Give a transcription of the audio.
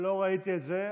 אני לחצתי, לא ראיתי את זה.